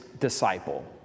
disciple